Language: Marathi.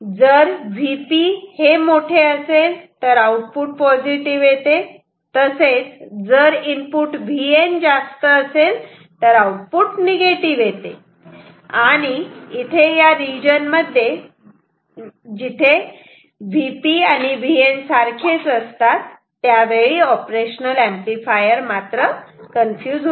जर Vp हे मोठे असेल तर आउटपुट पॉझिटिव्ह होते तसेच जर Vn जास्त असेल तर आउटपुट निगेटिव्ह होते इथे या रिजन मध्ये Vp Vn असते त्यामुळे ऑपरेशनल ऍम्प्लिफायर तेव्हा कन्फ्यूज होते